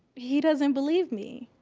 he doesn't believe me.